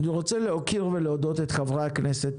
אני רוצה להוקיר ולהודות לחברי הכנסת